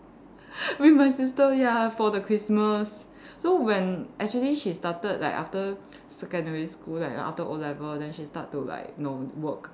with my sister ya for the Christmas so when actually she started like after secondary school like after o-level then she start to like know work